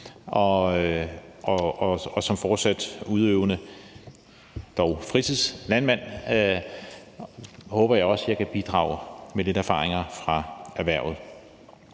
og som fortsat udøvende – dog fritidslandmand – håber jeg også, at jeg kan bidrage med lidt erfaringer fra erhvervet.